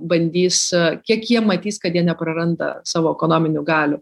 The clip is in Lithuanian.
bandys kiek jie matys kad jie nepraranda savo ekonominių galių